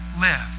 live